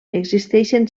existeixen